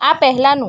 આ પહેલાંનું